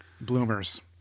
Bloomers